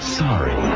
sorry